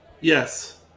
Yes